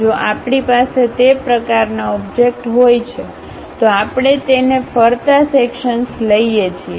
જો આપણી પાસે તે પ્રકારના ઓબજેકટ હોય છે તો આપણે તેને ફરતા સેક્શન્સ લઈએ છીએ